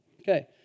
Okay